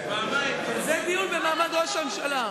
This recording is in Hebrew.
זה דיון במעמד ראש הממשלה.